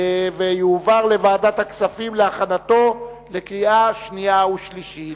ותועבר לוועדת הכספים להכנתה לקריאה שנייה וקריאה שלישית.